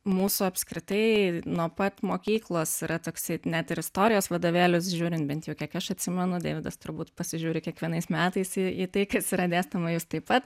mūsų apskritai nuo pat mokyklos yra toksai net ir istorijos vadovėlius žiūrint bent jau kiek aš atsimenu deividas turbūt pasižiūri kiekvienais metais į tai kas yra dėstoma jūs taip pat